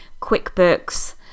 QuickBooks